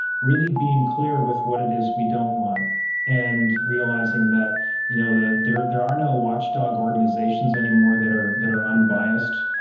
really being clear with what it is we don't want and realizing that you know there there are no watchdog organizations anymore that are that are unbiased,